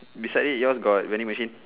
beside it yours got vending machine